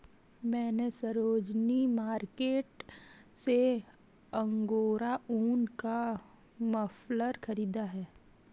मैने सरोजिनी मार्केट से अंगोरा ऊन का मफलर खरीदा है